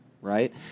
right